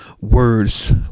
words